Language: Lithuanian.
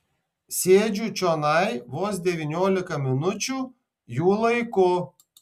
sėdžiu čionai vos devyniolika minučių jų laiku